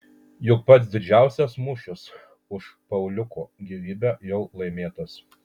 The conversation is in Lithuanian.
juk pats didžiausias mūšis už pauliuko gyvybę jau laimėtas